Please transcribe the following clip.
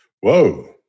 Whoa